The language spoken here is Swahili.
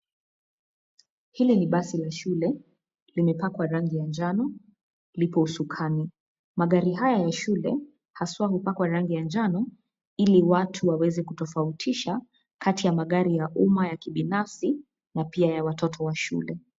Hili ni basi la shule limepakwa rangi ya njano, lipousukani. Magari haya ya shule haswa hupakwa rangi ya njano ili watu waweze kutofautisha kati ya magari ya umma ya kibinafsi na pia ya watoto wa shule.